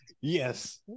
Yes